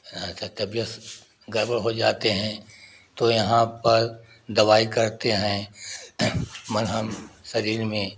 हाँ अच्छा तबियत गड़बड़ हो जाते हैं तो यहाँ पर दवाई करते हैं मलहम शरीर में